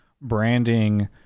branding